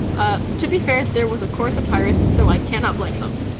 ah to be fair, there was a chorus of pirates so i cannot blame them.